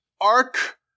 ark